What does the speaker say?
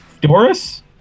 Doris